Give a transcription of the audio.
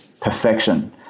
perfection